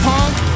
Punk